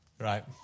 Right